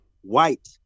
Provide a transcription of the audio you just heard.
white